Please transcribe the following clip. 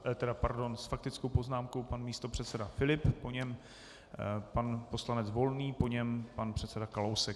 Tedy pardon, s faktickou poznámkou pan místopředseda Filip, po něm pan poslanec Volný, po něm pan předseda Kalousek.